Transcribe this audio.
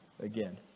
again